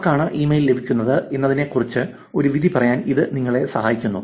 ആർക്കാണ് ഇമെയിൽ ലഭിക്കുന്നത് എന്നതിനെക്കുറിച്ച് ഒരു വിധി പറയാൻ ഇത് നിങ്ങളെ സഹായിക്കുന്നു